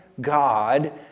God